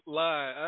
lie